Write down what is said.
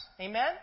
Amen